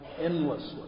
endlessly